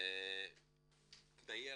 ניירת,